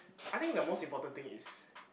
I think the most important thing is